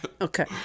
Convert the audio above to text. okay